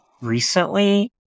recently